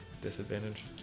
disadvantage